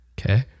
Okay